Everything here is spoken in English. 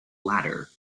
latter